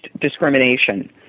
discrimination